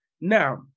Now